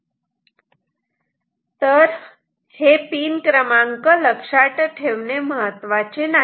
तेव्हा हे पिन क्रमांक लक्षात ठेवणे महत्त्वाचे नाही